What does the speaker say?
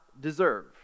deserve